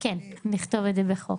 כן, נכתוב את זה בחוק.